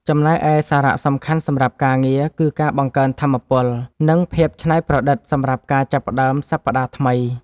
ចំណែកឯសារៈសំខាន់សម្រាប់ការងារ គឺការបង្កើនថាមពល និងភាពច្នៃប្រឌិតសម្រាប់ការចាប់ផ្ដើមសប្តាហ៍ថ្មី។